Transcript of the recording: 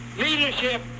Leadership